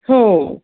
हो